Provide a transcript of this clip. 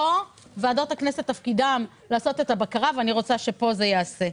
תפקידן של ועדות הכנסת לעשות את הבקרה ואני רוצה שכאן זה ייעשה.